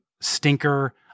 stinker